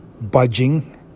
budging